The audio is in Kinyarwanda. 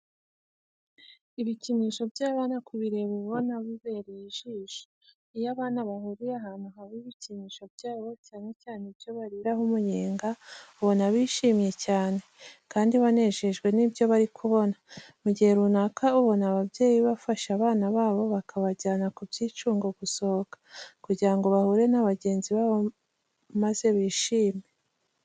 Ibikinisho by'abana kubireba uba ubona bibereye ijisho. Iyo abana bahuriye ahantu haba ibikinisho byabo, cyane cyane ibyo bariraho umunyenga, ubona bishimye cyane kandi banejejwe n'ibyo bari kubona. Mu gihe runaka ubona ababyeyi bafashe abana babo bakabajyana ku byicyungo gusohoka kugira ngo bahure na bagenzi babo maze bishime.